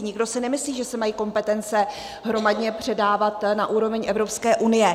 Nikdo si nemyslí, že se mají kompetence hromadně předávat na úroveň Evropské unie.